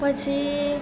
પછી